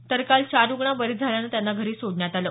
तर काल चार रुग्ण बरे झाल्यानं त्यांना घरी सोडण्यात आलं